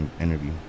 interview